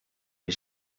les